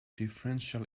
differential